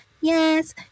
Yes